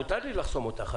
מותר לי לחסום אותך.